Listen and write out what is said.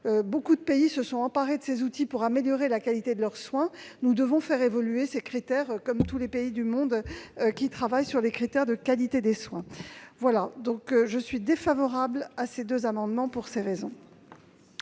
Nombre de pays se sont emparés de ces outils pour améliorer la qualité de leurs soins. Nous devons faire évoluer ces critères, comme tous les pays du monde qui travaillent sur les critères de qualité des soins. Telles sont les raisons pour lesquelles je suis défavorable à ces deux amendements. Je mets